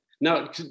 Now